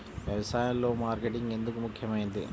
వ్యసాయంలో మార్కెటింగ్ ఎందుకు ముఖ్యమైనది?